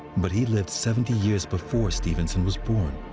but he lived seventy years before stevenson was born.